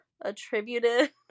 Attributed